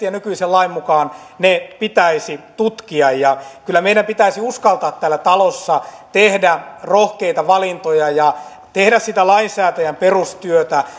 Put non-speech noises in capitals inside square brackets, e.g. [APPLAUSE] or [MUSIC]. [UNINTELLIGIBLE] ja nykyisen lain mukaan ne pitäisi tutkia kyllä meidän pitäisi uskaltaa täällä talossa tehdä rohkeita valintoja ja tehdä sitä lainsäätäjän perustyötä [UNINTELLIGIBLE]